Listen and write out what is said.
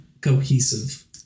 cohesive